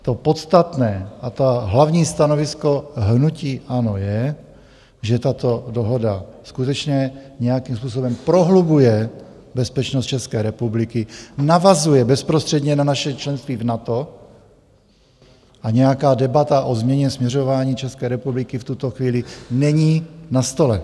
To podstatné a to hlavní stanovisko hnutí ANO je, že tato dohoda skutečně nějakým způsobem prohlubuje bezpečnost České republiky, navazuje bezprostředně na naše členství v NATO a nějaká debata o změně směřování České republiky v tuto chvíli není na stole.